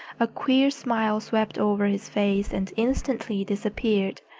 a queer smile swept over his face and instantly disappeared.